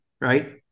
right